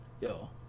yo